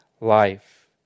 life